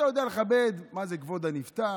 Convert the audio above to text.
אתה יודע לכבד, מה זה כבוד הנפטר.